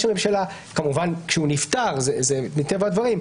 הממשלה כמובן כשהוא נפטר מטבע הדברים,